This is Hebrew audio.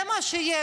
זה מה שיש,